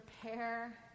prepare